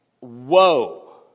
whoa